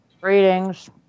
Greetings